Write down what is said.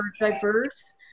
diverse